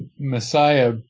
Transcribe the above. Messiah